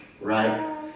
right